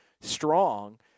strong